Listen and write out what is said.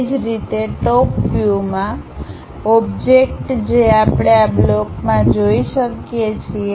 એ જ રીતે ટોપ વ્યૂમાં ઓબ્જેક્ટ જે આપણે આ બ્લોકમાં જોઈ શકીએ છીએ